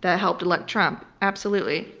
that helped elect trump. absolutely.